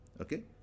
okay